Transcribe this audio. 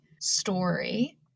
story